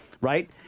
right